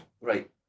Right